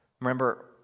Remember